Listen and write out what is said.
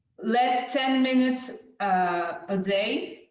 less ten minutes a day,